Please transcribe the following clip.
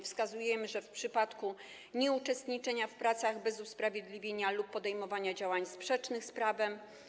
Wskazujemy te przypadki: nieuczestniczenie w pracach bez usprawiedliwienia lub podejmowanie działań sprzecznych z prawem.